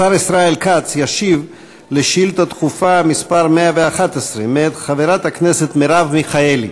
השר ישראל כץ ישיב על שאילתה דחופה מס' 111 מאת חברת הכנסת מרב מיכאלי.